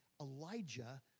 Elijah